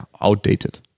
outdated